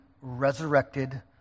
resurrected